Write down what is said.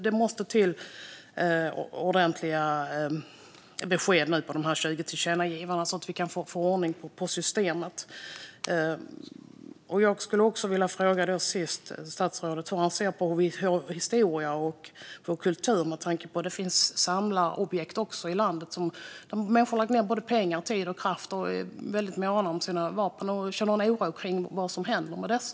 Vi måste få ordentliga besked om de 20 tillkännagivandena, så att vi kan få ordning på systemet. Till sist skulle jag vilja fråga statsrådet hur han ser på vår historia och vår kultur, med tanke på att detta också handlar om samlarobjekt. Människor har lagt ned pengar, tid och kraft på dem och är väldigt måna om sina vapen. De känner en oro om vad som händer med dessa.